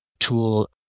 tool